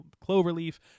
Cloverleaf